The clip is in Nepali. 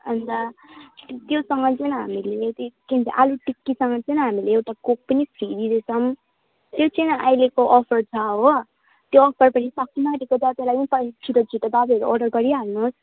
अन्त त्योसँग चाहिँ हामीले त्यो के भन्छ आलु टिक्कीसँग चाहिँ हामीले एउटा कोक पनि फ्री दिँदैछौँ त्यो चाहिँ अहिलेको अफर छ हो त्यो अफर पनि सकिनु आँटेको छ त्यसलाई नि छिटो छिटो तपाईँहरू अर्डर गरिहाल्नुहोस्